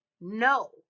No